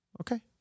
Okay